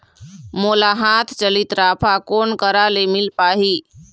मोला हाथ चलित राफा कोन करा ले मिल पाही?